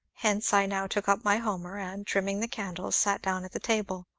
hence, i now took up my homer, and, trimming the candles, sat down at the table.